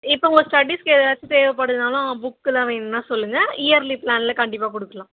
இப்போ உங்கள் ஸ்டடீஸ்க்கு ஏதாச்சும் தேவைப்படுதுனாலும் புக்குலாம் வேணும்னா சொல்லுங்கள் இயர்லி ப்ளான்ல கண்டிப்பாக கொடுக்கலாம்